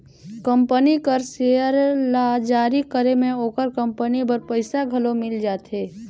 company कर share ल जारी करे में ओकर कंपनी बर पइसा घलो मिल जाथे